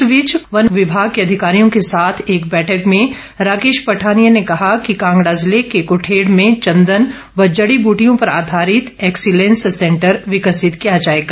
इस बीच वन विभाग के अधिकारियों के साथ एक बैठक में राकेश पठानिया ने कहा कि कांगड़ा जिले के कुठेड़ में चंदन व जड़ी बूटियों पर आधारित एक्सिलेंस सेंटर विकसित किया जाएगा